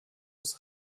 des